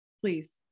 Please